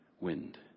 wind